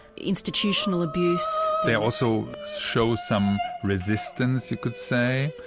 institutional abuse. they also show some resistance, you could say.